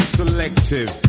selective